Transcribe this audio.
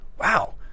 Wow